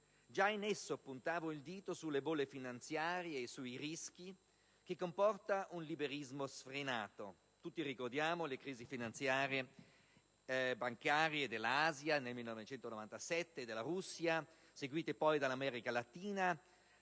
già in essa puntavo il dito sulle bolle finanziarie e sui rischi che comporta un liberismo sfrenato. Tutti ricordiamo le crisi finanziarie e bancarie del 1997 in Asia e in Russia, seguite poi da quella in America latina